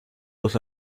los